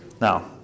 Now